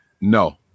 No